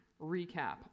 recap